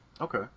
Okay